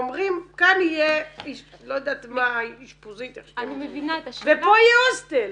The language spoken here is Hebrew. אומרים שכאן יהיה אשפוזית ופה יהיה הוסטל,